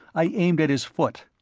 i aimed at his foot.